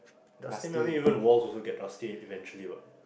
dusty even walls also get dusty eventually what